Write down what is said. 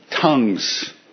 tongues